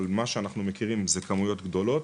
אבל מה שאנחנו כן מכירים זה כמויות גדולות.